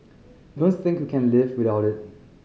don't think we can live without it